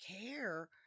care